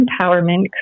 empowerment